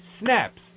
snaps